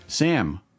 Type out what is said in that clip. Sam